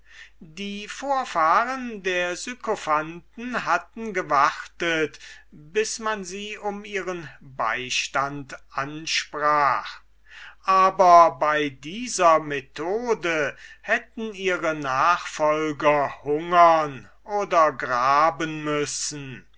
die vorfahren der sykophanten hatten gewartet bis man sie um ihren beistand ansprach aber bei dieser methode hätten die neuern sykophanten hungern oder graben müssen